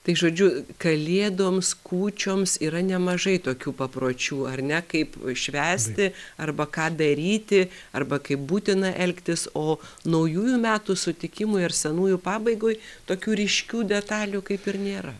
tai žodžiu kalėdoms kūčioms yra nemažai tokių papročių ar ne kaip švęsti arba ką daryti arba kaip būtina elgtis o naujųjų metų sutikimui ar senųjų pabaigoj tokių ryškių detalių kaip ir nėra